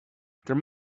there